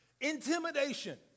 intimidation